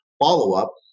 follow-up